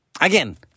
Again